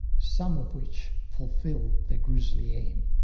some of which fulfil their grisly aim.